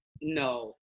No